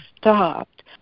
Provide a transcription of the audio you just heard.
stopped